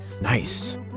Nice